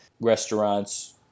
restaurants